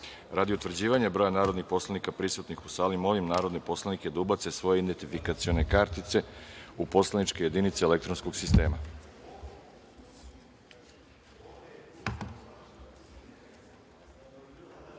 utvrđivanja broja narodnih poslanika prisutnih u sali, molim narodne poslanike da ubace svoje identifikacione kartice u poslaničke jedinice elektronskog